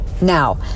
now